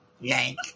Yank